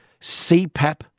CPAP